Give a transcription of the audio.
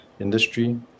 industry